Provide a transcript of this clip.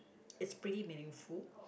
it's pretty meaningful